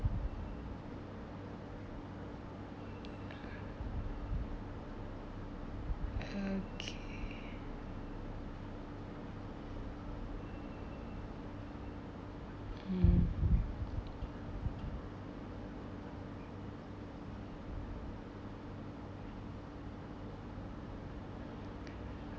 okay mm